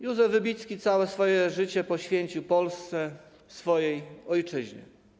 Józef Wybicki całe swoje życie poświęcił Polsce, swojej ojczyźnie.